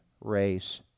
race